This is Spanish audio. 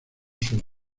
sur